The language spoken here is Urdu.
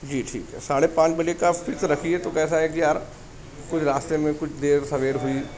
جی ٹھیک ہے ساڑھے پانچ بجے کا آپ فکس رکھیے تو کیسا ہے کہ یار کچھ راستے میں کچھ دیر سویر ہوئی